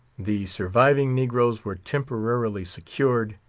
the surviving negroes were temporarily secured,